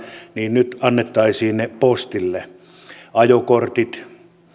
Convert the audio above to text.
niin nyt annettaisiin ne postille ajokortit